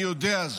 אני יודע זאת.